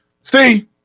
see